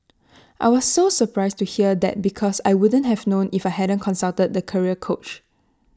I was so surprised to hear that because I wouldn't have known if I hadn't consulted the career coach